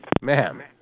Ma'am